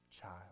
child